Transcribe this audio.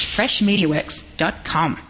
Freshmediaworks.com